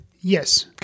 Yes